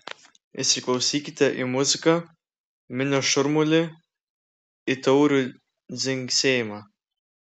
įsiklausykite į muziką minios šurmulį į taurių dzingsėjimą